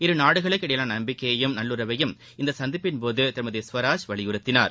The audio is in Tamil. இரு நாடுகளுக்கிடையேயான நம்பிக்கையையும் நல்லுறைவையும் இந்த சந்திப்பின் போது திருமதி ஸ்வராஜ் வலியுறுத்தினார்